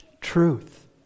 truth